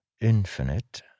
infinite